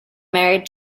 married